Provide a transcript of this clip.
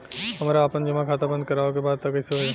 हमरा आपन जमा खाता बंद करवावे के बा त कैसे होई?